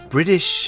British